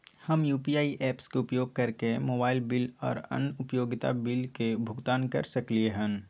हम UPI apps के उपयोग कैरके मोबाइल बिल आर अन्य उपयोगिता बिल के भुगतान कैर सकलिये हन